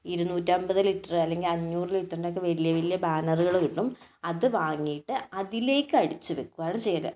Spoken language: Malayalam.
ഇരുനൂറ്റി അൻപത് ലിറ്റർ അല്ലെങ്കിൽ അഞ്ഞൂറ് ലിറ്ററിന്റെയൊക്കെ വലിയ വലിയ ബാനറുകൾ കിട്ടും അത് വാങ്ങിയിട്ട് അതിലേക്കു അടിച്ചു വെക്കുകയാണ് ചെയ്യല്